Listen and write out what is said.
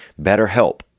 BetterHelp